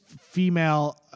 female